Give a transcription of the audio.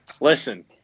Listen